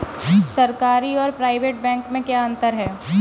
सरकारी और private bank में क्या अंतर है?